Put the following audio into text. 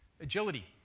Agility